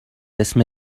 اسم